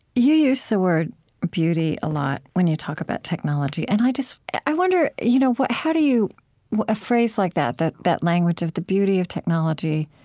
you use the word beauty a lot when you talk about technology. and i just i wonder you know what how do you a phrase like that, that that language of the beauty of technology.